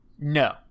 No